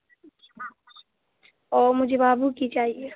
मुझे बाबू की चाहिए